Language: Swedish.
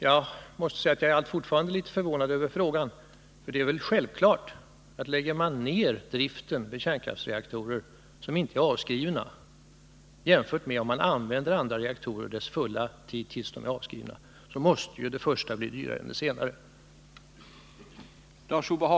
Jag måste säga att jag fortfarande är litet förvånad över själva frågan, för det är väl självklart att det blir dyrare att lägga ned driften vid kärnkraftsreaktorer som inte är avskrivna än att använda reaktorer deras fulla tid, tills de är avskrivna.